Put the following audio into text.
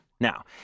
Now